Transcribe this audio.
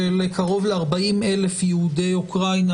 של קרוב ל-40,000 יהודי אוקראינה,